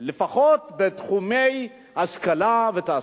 לפחות בתחומי השכלה ותעסוקה.